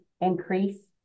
increase